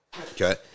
okay